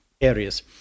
areas